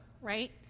right